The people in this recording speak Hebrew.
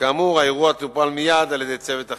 כאמור, האירוע טופל מייד על-ידי צוות החינוך.